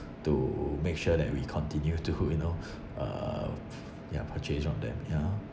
to make sure that we continue to you know uh ya purchase from them yeah